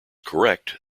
correct